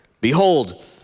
Behold